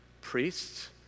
Priests